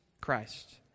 Christ